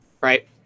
right